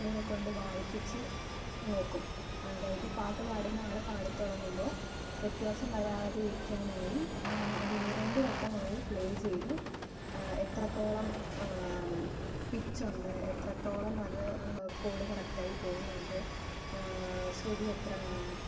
ഇവരെക്കൊണ്ട് വായിപ്പിച്ച് നോക്കും അതായത് പാട്ട് പാടുന്ന ആള് പാടിത്തുടങ്ങുമ്പോള് വ്യത്യാസം വരാതെ ഇരിക്കാനായി അത് ഒന്നുരണ്ടു വട്ടം അവര് പ്ലേ ചെയ്ത് എത്രത്തോളം പിച്ച് ഉണ്ട് എത്രത്തോളം അത് കോഡ് കറക്റ്റായി പോവുന്നുണ്ട് ശ്രുതി എത്രയാണ്